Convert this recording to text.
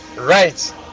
right